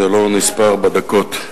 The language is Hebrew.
זה לא נספר בדקות.